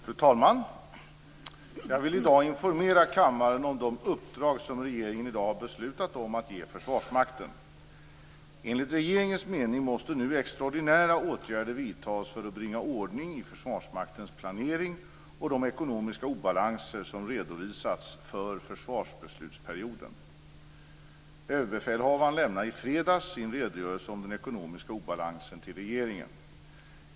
Fru talman! Jag vill informera kammaren om det uppdrag som regeringen i dag har beslutat att ge till Försvarsmaktens planering och de ekonomiska obalanser som redovisats för försvarsbeslutsperioden. Överbefälhavaren lämnade i fredags sin redogörelse om den ekonomiska obalansen till regeringen.